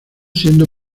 siendo